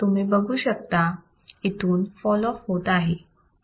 तुम्ही बघू शकता इथून फॉल ऑफ होत आहे